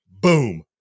Boom